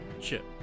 chip